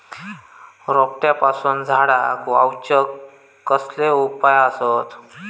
रोट्यापासून झाडाक वाचौक कसले उपाय आसत?